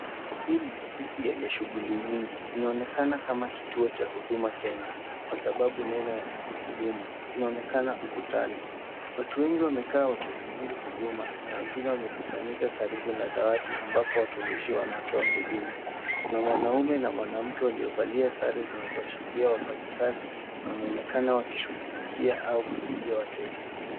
Hii ni ofisi yenye shughuli nyingi, inaonekana kama kituo cha Huduma Kenya, kwa sababu neno ya huduma inaonekana ukutani. Watu wengi wamekaa wakisubiri huduma, na wengine wamekusanyika karibu na dawati ambapo watumishi wanatoa huduma, kuna mwanamume na mwanamke waliovalia sare zinazoashiria wafanyikazi, na inaonekana wakishughulikia au kusaidia wateja.